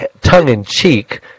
tongue-in-cheek